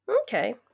Okay